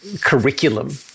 curriculum